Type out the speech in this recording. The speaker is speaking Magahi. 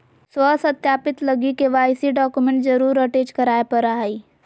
स्व सत्यापित लगी के.वाई.सी डॉक्यूमेंट जरुर अटेच कराय परा हइ